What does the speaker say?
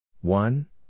one